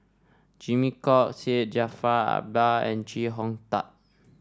Jimmy Chok Syed Jaafar Albar and Chee Hong Tat